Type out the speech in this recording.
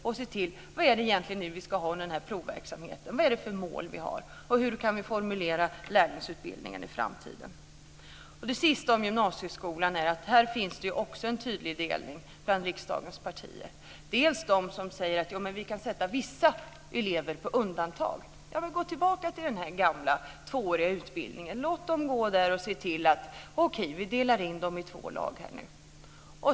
Vad är det egentligen för utbildning vi ska ha under provverksamheten? Vilka mål ska vi ha? Sist till gymnasieskolan. Här finns också en tydlig delning bland riksdagens partier. Det finns de som säger: Vi kan sätta vissa elever på undantag. Gå tillbaka till den gamla tvååriga utbildningen, och låt dem gå där. Okej, vi delar in eleverna i två lag.